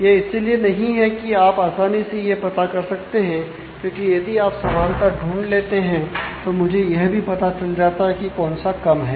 यह इसलिए नहीं है कि आप आसानी से यह पता कर सकते हैं क्योंकि यदि आप समानता ढूंढ लेते हैं तो मुझे यह भी पता चल जाता है कि कौन सा कम है